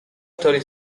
story